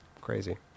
Crazy